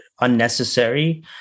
unnecessary